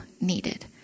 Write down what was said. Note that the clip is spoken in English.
needed